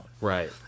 right